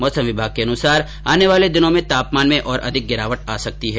मौसम विभाग के अनुसार आने वाले दिनों में तापमान में और अधिक गिरावट आ सकती है